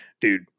dude